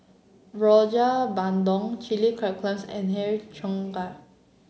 Rojak Bandung Chilli and Har Cheong Gai